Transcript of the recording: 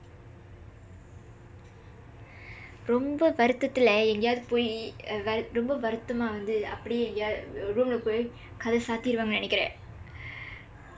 ரொம்ப வருத்தத்துல எங்கேயாவது போய்:rompa varuththaththula engkeeyaavathu pooi ரொம்ப வருத்தமா வந்து அப்படியே எங்கேயாவது:rompa varuththamaa vandthu appadiyee engkeeyaavathu roomlae போய் கதவ சாத்திடுவாங்கன்னு நினைக்கிறேன்:pooi kathava saththiduvaangkannu ninaikkireen